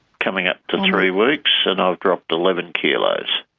coming up to three weeks, and i've dropped eleven kilos.